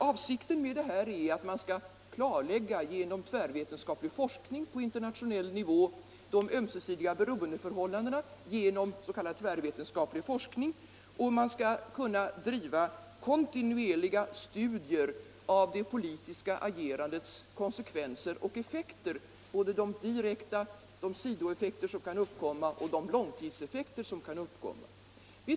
Avsikten med detta är att genom tvärvetenskaplig forskning på internationell nivå klarlägga de ömsesidiga beroendeförhållandena. Man skall kunna bedriva kontinuerliga studier av det politiska agerandets konsekvenser och effekter — både de direkta effekterna samt de sidoeffekter och långtidseffekter som kan uppkomma.